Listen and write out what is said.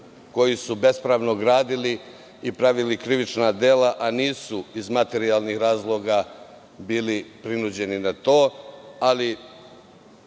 koji su bespravno gradili i pravili krivična dela, a nisu iz materijalnih razloga bili prinuđeni na to.